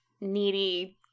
needy